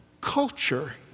culture